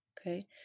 Okay